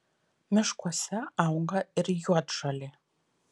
miškuose auga ir juodžolė